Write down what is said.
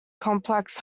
complex